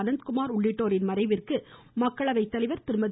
அனந்த்குமார் உள்ளிட்டோரின் மறைவிற்கு மக்களவை தலைவர் திருமதி